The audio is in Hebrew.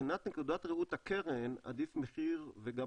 מבחינת נקודת ראות הקרן עדיף מחיר וגם